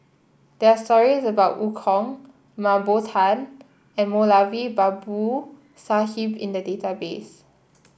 there are stories about Eu Kong Mah Bow Tan and Moulavi Babu Sahib in the database